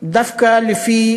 דווקא לפי